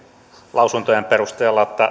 lausuntojen perusteella että